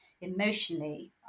emotionally